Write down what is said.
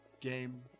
game